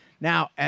Now